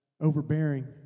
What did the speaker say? overbearing